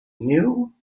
new